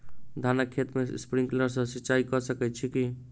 धानक खेत मे स्प्रिंकलर सँ सिंचाईं कऽ सकैत छी की?